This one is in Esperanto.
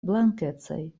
blankecaj